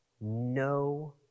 No